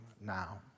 now